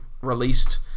released